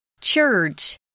Church